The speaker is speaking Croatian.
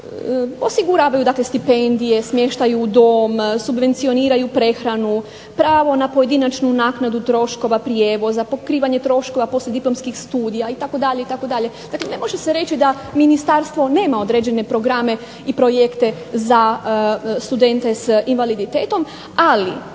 osiguravaju dakle stipendije, smještaju u dom, subvencioniraju prehranu, pravo na pojedinačnu naknadu troškova prijevoza, pokrivanje troškova poslijediplomskih studija itd., itd. Dakle, ne može se reći da ministarstvo nema određene programe i projekte za studente s invaliditetom, ali